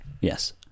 yes